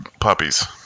puppies